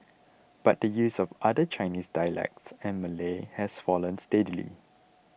but the use of other Chinese dialects and Malay has fallen steadily